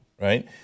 right